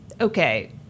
okay